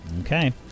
Okay